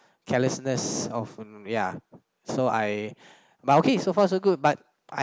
carelessness of ya so I but okay so far so good but